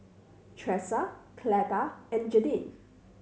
Tresa Cleta and Jadyn